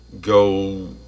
go